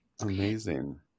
Amazing